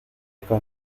con